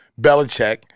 Belichick